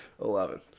Eleven